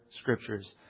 Scriptures